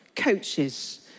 Coaches